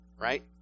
right